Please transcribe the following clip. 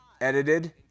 edited